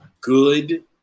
good